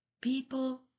People